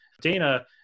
Dana